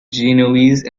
genoese